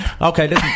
okay